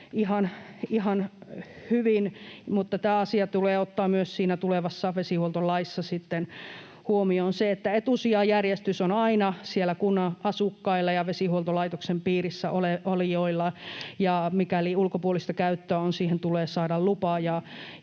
ihan hyvin, mutta tämä asia tulee ottaa myös siinä tulevassa vesihuoltolaissa sitten huomioon. Etusijajärjestys on aina siellä kunnan asukkailla ja vesihuoltolaitoksen piirissä olijoilla, ja mikäli ulkopuolista käyttöä on, siihen tulee saada lupa,